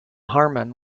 harman